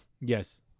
Yes